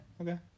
okay